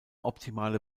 optimale